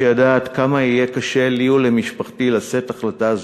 שידע עד כמה יהיה קשה לי ולמשפחתי לשאת החלטה זאת,